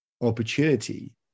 opportunity